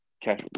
cash